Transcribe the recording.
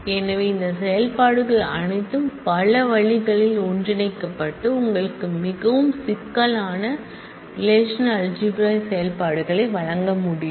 எனவே இந்த செயல்பாடுகள் அனைத்தும் பல வழிகளில் ஒன்றிணைக்கப்பட்டு உங்களுக்கு மிகவும் சிக்கலான ரெலேஷனல்அல்ஜிப்ரா செயல்பாடுகளை வழங்க முடியும்